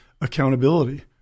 accountability